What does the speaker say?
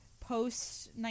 post